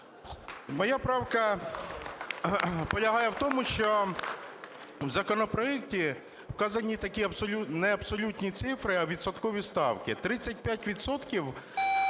Моя правка полягає в тому, що в законопроекті вказані такі не абсолютні цифри, а відсоткові ставки. 35